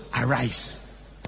arise